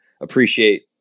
appreciate